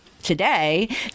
today